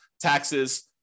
taxes